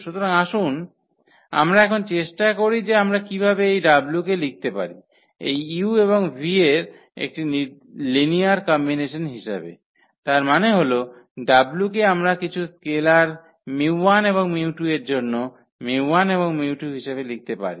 সুতরাং আসুন আমরা এখন চেষ্টা করি যে আমরা কীভাবে এই w কে লিখতে পারি এই u এবং v এর একটি লিনিয়ার কম্বিনেশন হিসাবে তার মানে হল w কে আমরা কিছু স্কেলার 𝜇1 এবং 𝜇2 এর জন্য 𝜇1 এবং 𝜇2 হিসাবে লিখতে পারি